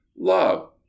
Love